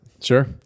Sure